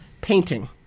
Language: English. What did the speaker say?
Painting